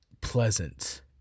pleasant